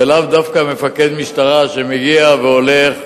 ולאו דווקא מפקד משטרה שמגיע והולך,